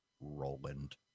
Roland